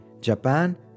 Japan